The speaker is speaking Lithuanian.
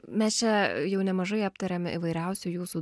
mes čia jau nemažai aptariam įvairiausių jūsų